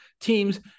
teams